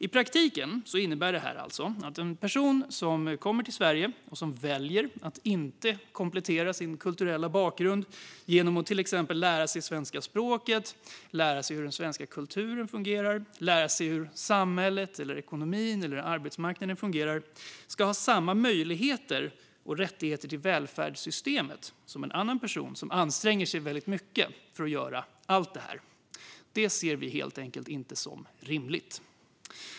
I praktiken innebär detta att en person som kommer till Sverige och som väljer att inte komplettera sin kulturella bakgrund genom att till exempel lära sig svenska språket och lära sig hur den svenska kulturen, samhället, ekonomin och arbetsmarknaden fungerar ska ha samma möjligheter och rättigheter till välfärdsystemen som en annan person som anstränger sig mycket för att göra allt detta. Det här ser vi helt enkelt inte som rimligt.